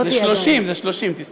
זה 30, זה 30. תסתכלי.